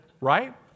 Right